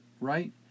right